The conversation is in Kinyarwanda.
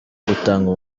gutanga